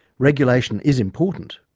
regulation is important.